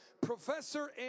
professor